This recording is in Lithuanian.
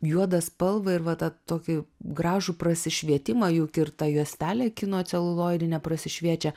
juodą spalvą ir va tą tokį gražų prasišvietimą juk ir ta juostelė kino celuloidinė prasišviečia